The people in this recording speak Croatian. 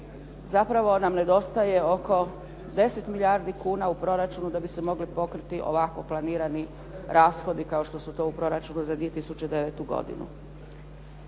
zapravo nam nedostaje oko 10 milijardi kuna u proračunu da bi se mogli pokriti ovako planirani rashodi kao što su to u proračunu za 2009. godinu.